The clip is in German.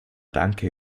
danke